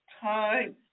time